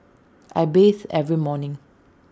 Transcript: I bathe every morning